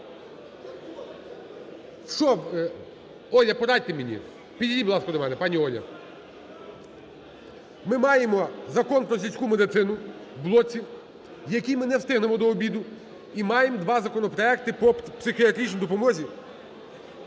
Оля? Порадьте мені, підійдіть, будь ласка, до мене, пані Оля. Ми маємо Закон про сільську медицину в блоці, який ми не встигнемо до обіду і маємо два законопроекти по психіатричній допомозі,